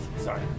Sorry